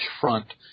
front